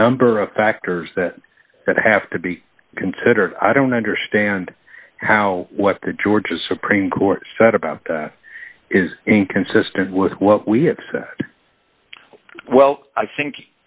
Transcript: number of factors that have to be considered i don't understand how what could georgia supreme court said about that is inconsistent with what we have well i think